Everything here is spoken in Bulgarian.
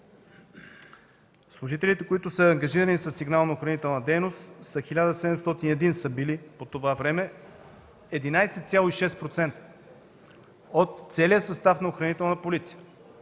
Служителите, които са ангажирани със сигнално-охранителна дейност, са били по това време 1701 – 11,6% от целия състав на „Охранителна полиция”.